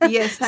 Yes